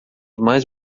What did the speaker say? mais